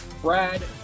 Brad